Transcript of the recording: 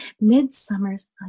Midsummer's